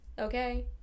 okay